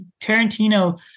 tarantino